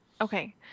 Okay